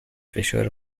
فشار